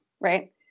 right